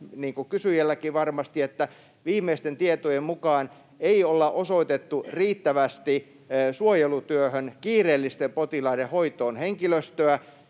kuin kysyjälläkin varmasti, että viimeisten tietojen mukaan ei olla osoitettu riittävästi henkilöstöä suojelutyöhön, kiireellisten potilaiden hoitoon. Tänä